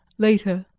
later.